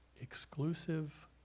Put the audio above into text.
Exclusive